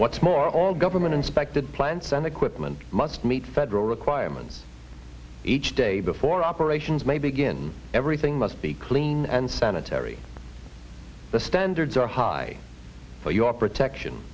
what's more all government inspected plants and equipment must meet federal requirements each day before operations may begin everything must be clean and sanitary the standards are high for your protection